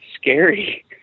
scary